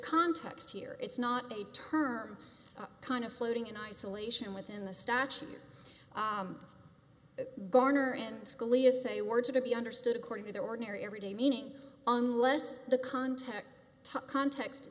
context here it's not a term kind of floating in isolation within the statute garner and scalia say words are to be understood according to the ordinary everyday meaning unless the context context